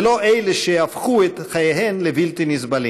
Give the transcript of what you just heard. ולא אלה שהפכו את חייהן לבלתי נסבלים.